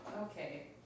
Okay